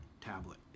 tablet